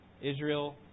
Israel